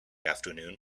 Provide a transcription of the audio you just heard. afternoon